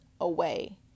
away